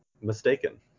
mistaken